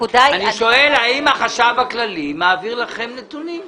אני שואל האם החשב הכללי מעביר לכם נתונים.